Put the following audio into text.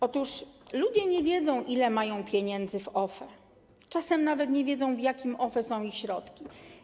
Otóż ludzie nie wiedzą, ile mają pieniędzy w OFE, czasem nawet nie wiedzą, w jakim OFE są ich środki.